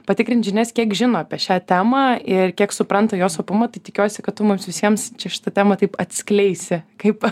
patikrint žinias kiek žino apie šią temą ir kiek supranta jos opumą tai tikiuosi kad tu mums visiems čia šitą temą taip atskleisi kaip